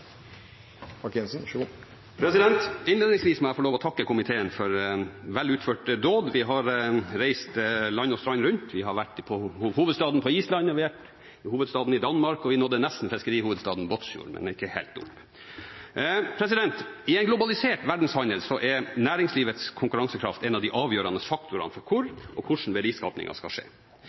Innledningsvis må jeg få lov til å takke komiteen for vel utført dåd. Vi har reist land og strand rundt, vi har vært i hovedstaden på Island, i hovedstaden i Danmark, og vi nådde nesten fiskerihovedstaden Båtsfjord – men kom ikke helt opp dit. I en globalisert verdenshandel er næringslivets konkurransekraft en av de avgjørende faktorene for hvor og hvordan verdiskapingen skal skje.